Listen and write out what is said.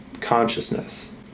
consciousness